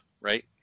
right